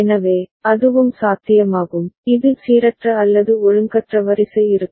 எனவே அதுவும் சாத்தியமாகும் இது சீரற்ற அல்லது ஒழுங்கற்ற வரிசை இருக்கும்